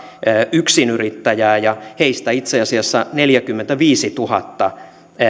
yksinyrittäjää ja heistä itse asiassa neljäkymmentäviisituhatta